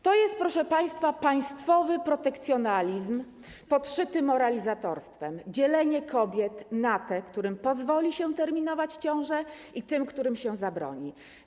To jest, proszę państwa, państwowy protekcjonalizm podszyty moralizatorstwem, dzielenie kobiet na te, którym pozwoli się terminować ciążę, i te, którym się zabroni.